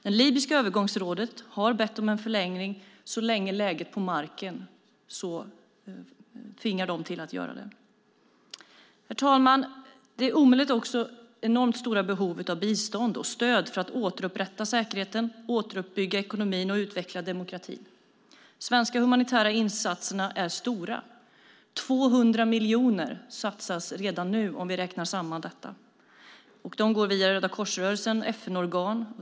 Det libyska övergångsrådet har bett om en förlängning så länge läget på marken gör det nödvändigt. Herr talman! Det är också enormt stora behov av bistånd och stöd för att återupprätta säkerheten, återuppbygga ekonomin och utveckla demokrati. De svenska humanitära insatserna är stora. 200 miljoner satsas redan nu om vi räknar samman dessa, och de går via Rödakorsrörelsen och FN-organ.